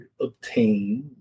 obtain